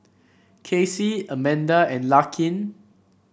Kacy Amanda and Larkin